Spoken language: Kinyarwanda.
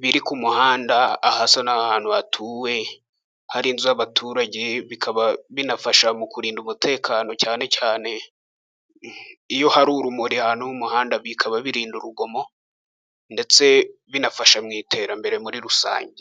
biri ku muhanda ahasa n'ahantu hatuwe hari inzu. Abaturage bikaba bibafasha mu kurinda umutekano cyane cyane iyo hari urumuri ahantu h'umuhanda bikaba birinda urugomo ndetse binafasha mw'iterambere muri rusange.